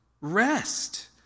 rest